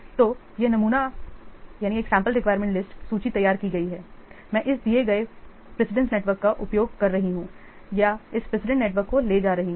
तो यह sample requirement list सूची तैयार की गई है मैं इस दिए गए प्रेसिडेंस नेटवर्क का उपयोग कर रहा हूं या इस प्रेसिडेंस नेटवर्क को ले जा रहा हूं